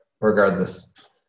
regardless